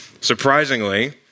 surprisingly